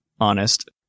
honest